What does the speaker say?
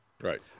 Right